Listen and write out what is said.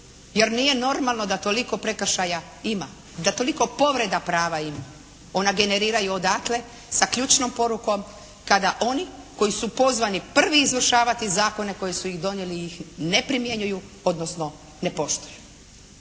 jer nije normalno da toliko prekršaja ima, da toliko povreda prava ima. Ona generiraju odatle sa ključnom porukom kada oni koji su pozvani prvi izvršavati zakone koji su ih donijeli ih ne primjenjuju, odnosno ne poštuju.